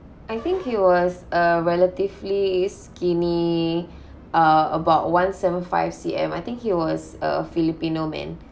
I think he was a relatively skinny uh about one seven five C_M I think he was a filipino man